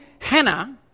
Hannah